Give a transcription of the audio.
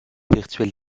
virtuelle